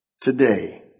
today